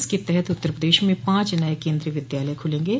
इसके तहत उत्तर प्रदेश में पांच नये केन्द्रीय विद्यालय खुलेंगे